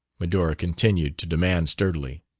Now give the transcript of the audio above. medora continued to demand sturdily.